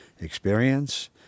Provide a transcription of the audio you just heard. experience